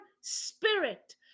spirit